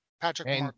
Patrick